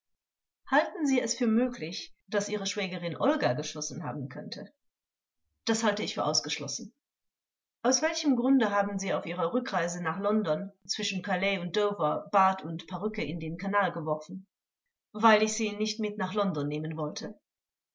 halten sie es für möglich daß ihre schwägerin olga geschossen haben könnte angekl das halte ich für ausgeschlossen vors aus welchem grunde haben sie auf ihrer rückreise nach london zwischen calais und dover bart und perücke in den kanal geworfen angekl weil ich sie nicht mit nach london nehmen wollte